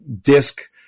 disc